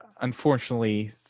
unfortunately